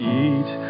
eat